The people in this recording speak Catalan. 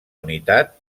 unitat